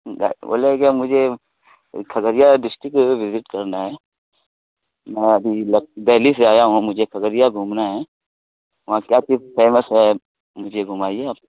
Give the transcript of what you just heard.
بولے کیا مجھے کھگریہ ڈسٹرکٹ وزٹ کرنا ہے میں ابھی لک دہلی سے آیا ہوں مجھے کھگریا گھومنا ہے وہاں کیا چیز فیمس ہے مجھے گھمائیے آپ